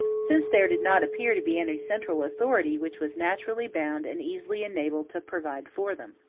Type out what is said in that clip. since there did not appear to be any central authority which was naturally bound and easily enabled to provide for them.